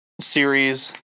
series